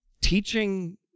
Teaching